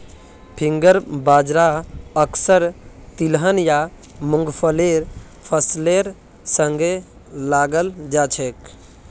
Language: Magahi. फिंगर बाजरा अक्सर तिलहन या मुंगफलीर फसलेर संगे लगाल जाछेक